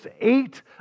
eight